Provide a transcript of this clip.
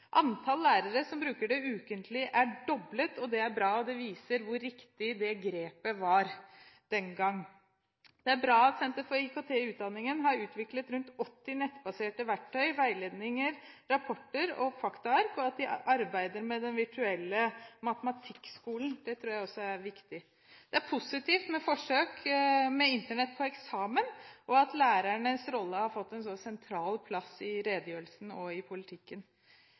Antall lærere som bruker det ukentlig er doblet, og det er bra, og det viser hvor riktig det grepet var den gang. Det er bra at Senter for IKT i utdanningen har utviklet rundt 80 nettbaserte verktøy i veiledninger, rapporter og fakta på at de arbeider med Den virtuelle matematikkskolen. Det tror jeg også er viktig. Det er positivt med forsøk med Internett på eksamen og at lærernes rolle har fått en så sentral plass i redegjørelsen og i politikken.